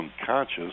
unconscious